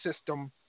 system